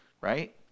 right